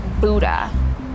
Buddha